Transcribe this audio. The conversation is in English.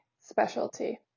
specialty